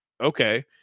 okay